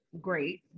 great